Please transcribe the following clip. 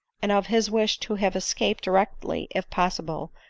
and of his wish to have escaped directly if possible,